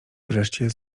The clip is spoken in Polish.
wreszcie